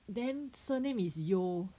then surname is Yeo